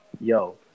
Yo